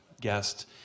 guest